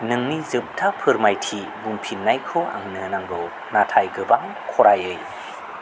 नोंनि जोबथा फोरमायथि बुंफिननायखौ आंनो नांगौ नाथाय गोबां खरायै